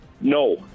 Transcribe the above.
No